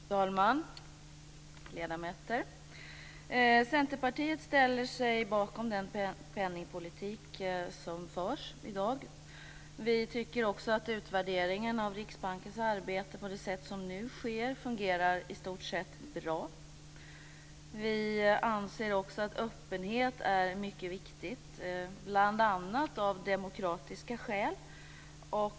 Fru talman och ledamöter! Vi i Centerpartiet ställer oss bakom den penningpolitik som i dag förs och vi tycker att utvärderingen av Riksbankens arbete på det sätt som nu sker i stort sett fungerar bra. Vi anser också att öppenhet är mycket viktigt, bl.a. av demokratiska skäl.